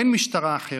אין משטרה אחרת.